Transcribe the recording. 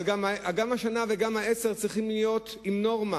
אבל גם השנה וגם העשר צריכות להיות עם נורמה